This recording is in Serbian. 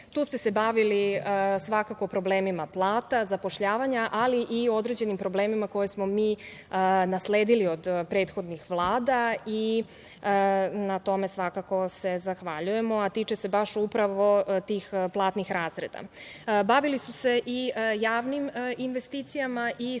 Tu ste se bavili svakako problemima plata, zapošljavanja, ali i određenim problemima koje smo mi nasledili od prethodnih vlada. Na tome se svakako zahvaljujemo, a tiče se upravo tih platnih razreda. Bavili ste se i javnim investicijama i smatrate da